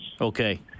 Okay